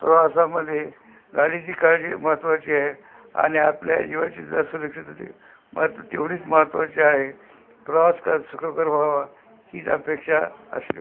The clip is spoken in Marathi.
प्रवासामध्ये गाडीची काळजी महत्त्वाची आहे आणि आपल्या जीवाची सुरक्षितता महत्त्व तेवढीच महत्त्वाची आहे प्रवास कर सुखकर व्हावा हीच अपेक्षा असली